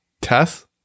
Tess